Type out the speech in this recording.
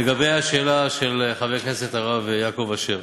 לגבי השאלה של חבר הכנסת הרב יעקב אשר,